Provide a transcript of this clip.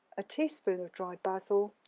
a teaspoon of dried basil.